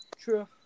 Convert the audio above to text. true